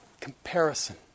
Comparison